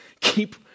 Keep